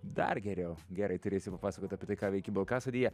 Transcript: dar geriau gerai turėsi papasakot apie tai ką veiki balkasodyje